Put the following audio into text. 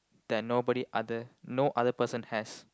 that nobody other no other person has